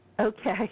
Okay